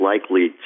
likely